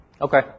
Okay